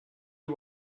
you